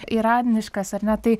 iraniškas ar ne tai